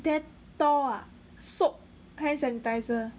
Dettol ah soap hand sanitiser